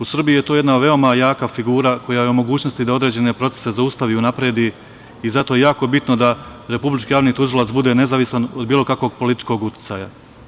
U Srbiji je to jedna veoma jaka figura koja je u mogućnosti da određene procese zaustavi, unapredi i zato je jako bitno da Republički javni tužilac bude nezavistan od bilo kakvog političkog uticaja.